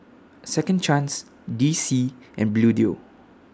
Second Chance D C and Bluedio